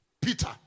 Peter